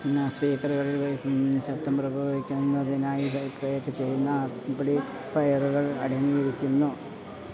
സ്പീക്കറുകളിൽ ശബ്ദം പുറപ്പെടുവിക്കുന്നതിനായി വൈബ്രേറ്റ് ചെയ്യുന്ന ആംപ്ലിഫയറുകൾ അടങ്ങിയിരിക്കുന്നു